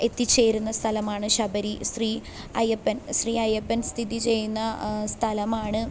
എത്തിച്ചേരുന്ന സ്ഥലമാണ് ശബരി ശ്രീ അയ്യപ്പൻ ശ്രീ അയ്യപ്പൻ സ്ഥിതി ചെയ്യുന്ന സ്ഥലമാണ്